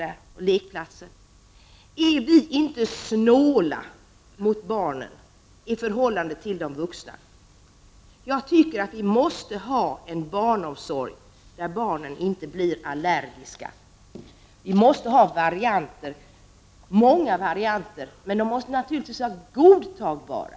— och lekplatser är vi då inte snåla mot barnen i förhållande till de vuxna? Jag tycker att vi måste ha en barnomsorg där barnen inte blir allergiska. Det måste finnas många varianter. Men naturligtvis måste dessa vara godtagbara.